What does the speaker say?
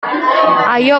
ayo